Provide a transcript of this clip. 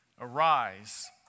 Arise